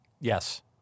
Yes